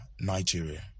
Nigeria